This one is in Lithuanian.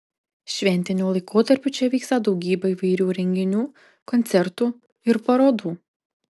šventiniu laikotarpiu čia vyksta daugybė įvairių renginių koncertų ir parodų